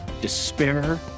despair